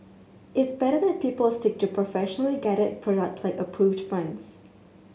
it's better that people stick to professionally guided product like approved friends